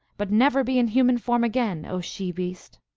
but never be in human form again, o she-beast!